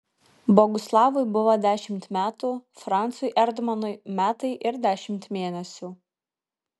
boguslavui buvo dešimt metų francui erdmanui metai ir dešimt mėnesių